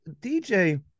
DJ